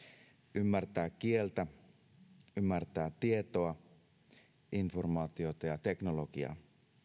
ymmärtää kieltä ymmärtää tietoa informaatiota ja teknologiaa